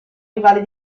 rivali